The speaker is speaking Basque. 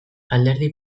alderdi